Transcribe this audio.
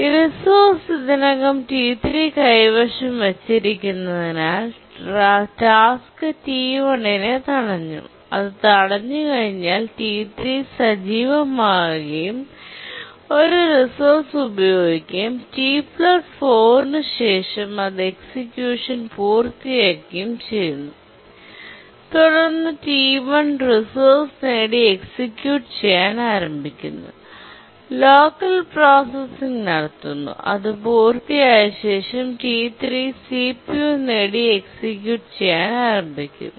resource ഇതിനകം T 3 കൈവശം വച്ചിരിക്കുന്നതിനാൽ ടാസ്ക് T1 നെ തടഞ്ഞു അത് തടഞ്ഞുകഴിഞ്ഞാൽ T3 സജീവമാവുകയും ഒരു റിസോഴ്സ് ഉപയോഗിക്കുകയും t4 ന് ശേഷം അത് എക്സിക്യൂഷൻ പൂർത്തിയാക്കുകയും ചെയ്യുന്നു തുടർന്ന് T1 റിസോഴ്സ് നേടി എക്സിക്യൂട്ട് ചെയ്യാൻ ആരംഭിക്കുന്നു ലോക്കൽ പ്രോസസ്സിംഗ് നടത്തുന്നു അത് പൂർത്തിയായ ശേഷം T3 സിപിയു നേടി എക്സിക്യൂട്ട് ചെയ്യാൻ ആരംഭിക്കുന്നു